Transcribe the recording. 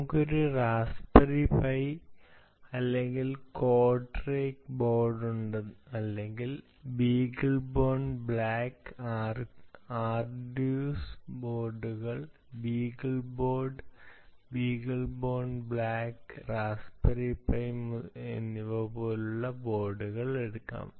നമുക്ക് ഒരു Raspberry Pi right അല്ലെങ്കിൽ കോഡ് റെയ്ഡ് ബോർഡ് അല്ലെങ്കിൽ ബീഗിൾ ബോൺ ബ്ലാക്ക് ആർഡ്യൂസ് ബോർഡുകൾ Beagle board Beagle Bone Black Raspberry Pi എന്നിവ പോലുള്ള ബോർഡുകൾ എടുക്കാം